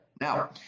Now